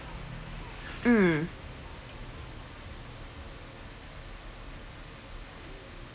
mm